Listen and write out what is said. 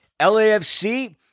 LAFC